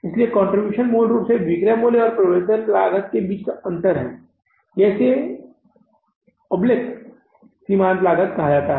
इसलिए कंट्रीब्यूशन मूल रूप से विक्रय मूल्य और परिवर्तनीय लागत के बीच का अंतर है या इसे ओबेलिक सीमांत लागत कहते हैं